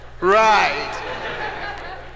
Right